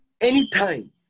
Anytime